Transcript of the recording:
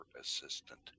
assistant